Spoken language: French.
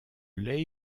l’ai